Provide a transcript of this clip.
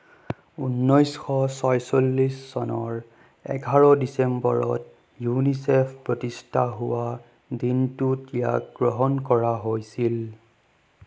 ঊনৈছশ ছয়চল্লিছ চনৰ এঘাৰ ডিচেম্বৰত ইউনিচেফ প্ৰতিষ্ঠা হোৱা দিনটোত ইয়াক গ্ৰহণ কৰা হৈছিল